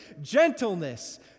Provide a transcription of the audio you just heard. gentleness